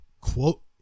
quote